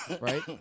right